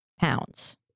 pounds